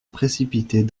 précipiter